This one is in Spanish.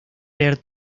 leer